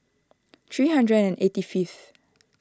three hundred and eighty fifth